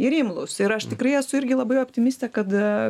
ir imlūs ir aš tikrai esu irgi labai optimistė kad